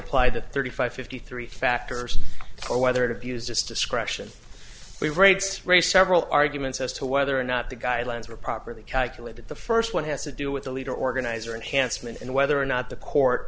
applied the thirty five fifty three factors or whether it abused just discretion the rates re several arguments as to whether or not the guidelines were properly calculated the first one has to do with the leader organizer and handsome and whether or not the court